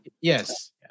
Yes